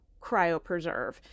cryopreserve